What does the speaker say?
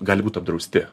gali būt apdrausti